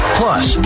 plus